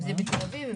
בתל אביב,